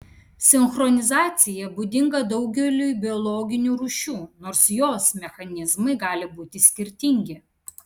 sinchronizacija būdinga daugeliui biologinių rūšių nors jos mechanizmai gali būti skirtingi